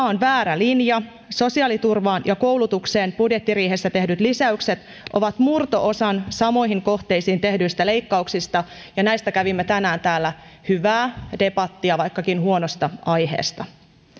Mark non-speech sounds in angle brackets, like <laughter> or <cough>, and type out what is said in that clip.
<unintelligible> on väärä linja sosiaaliturvaan ja koulutukseen budjettiriihessä tehdyt lisäykset ovat murto osa samoihin kohteisiin tehdyistä leikkauksista ja näistä kävimme tänään täällä hyvää debattia vaikkakin huonosta aiheesta